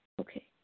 Okay